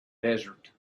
desert